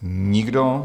Nikdo.